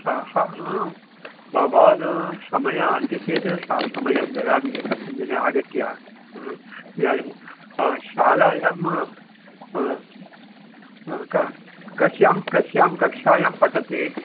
भवान् समयः अस्ति चेत् सः समयं ददामि एकस्मिन् दिने आगत्य इदानीं शालायां कं कस्यां कस्यां कक्षायां पठति